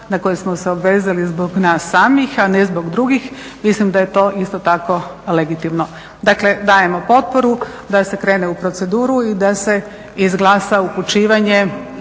na koje smo se obvezali zbog nas samih, a ne zbog drugih. Mislim da je to isto tako legitimno. Dakle dajemo potporu da se krene u proceduru i da se izglasa upućivanje